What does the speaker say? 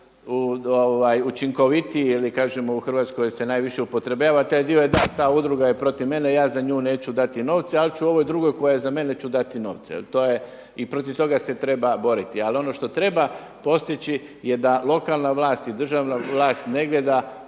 najučinkovitiji ili kažemo u Hrvatskoj se najviše upotrebljava taj dio je, da ta udruga je protiv mene i ja za nju neću dati novce, ali ću ovoj drugoj koja je za mene ću dati novce. Evo to je i protiv toga se treba boriti. Ali ono što treba postići jedna lokalna vlast i državna vlast negdje da